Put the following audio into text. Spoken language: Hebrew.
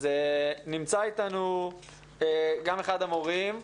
אז נמצא איתנו גם אחד המורים,